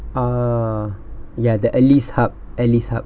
err ya the eliss hub eliss hub